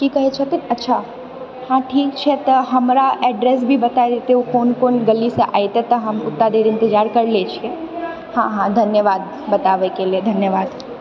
की कहै छथिन अच्छा हाँ ठीक छै तऽ हमरा एड्रेस भी बता देतै ओ कोन कोन गलीसँ एतै तऽ हम ओतेक देर इन्तजार करि लै छिए हाँ हाँ धन्यवाद बताबैके लिए धन्यवाद